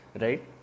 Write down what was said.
right